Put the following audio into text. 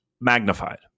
magnified